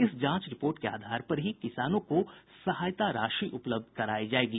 इस जांच रिपोर्ट के आधार पर ही किसानों को सहायता राशि उपलब्ध करायी जायेगी